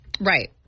Right